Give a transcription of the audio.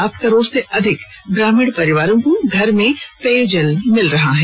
सात करोड़ से अधिक ग्रामीण परिवारों को घर में पेयजल मिल रहा है